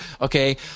Okay